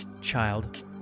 Child